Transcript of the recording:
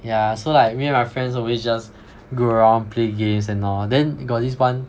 yeah so like me and my friends always just go around play games and all then got this one